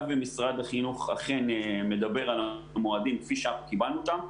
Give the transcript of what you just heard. ומשרד החינוך אכן מדבר על מועדים כפי שקיבלנו אותם,